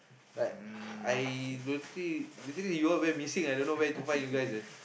like I basically basically you all went missing I don't know where to find you guys eh